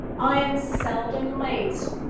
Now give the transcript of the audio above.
i am seldom late.